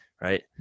right